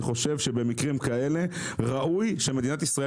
אני חושב שמקרים כאלה ראוי שמדינת ישראל